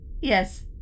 Yes